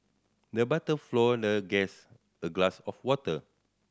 the butler the guest a glass of water